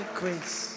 grace